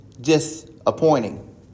disappointing